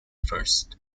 first